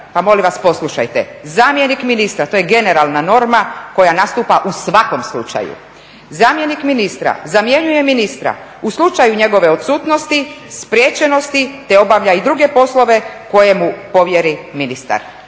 pa molim vas poslušajte, zamjenik ministra, to je generalna norma koja nastupa u svakom slučaju. Zamjenik ministra zamjenjuje ministra u slučaju njegove odsutnosti, spriječenosti, te obavlja i druge poslove koje mu povjeri ministar.